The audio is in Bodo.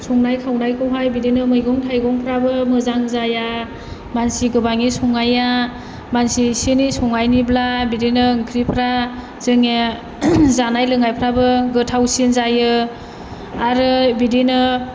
संनाय खावनायखौहाय बिदिनो मैगं थाइगंफ्राबो मोजां जाया मानसि गोबांनि संनाया मानसि एसेनि संनायनिब्ला बिदिनो ओंख्रिफ्रा जोंनिया जानाय लोंनायख्राबो गोथावसिन जायो आरो बिदिनो